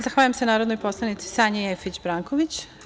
Zahvaljujem se narodnoj poslanici Sanji Jeftić Branković.